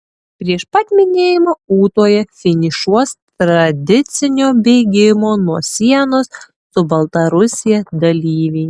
prieš pat minėjimą ūtoje finišuos tradicinio bėgimo nuo sienos su baltarusija dalyviai